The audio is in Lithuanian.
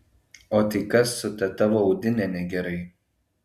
o tai kas su ta tavo audine negerai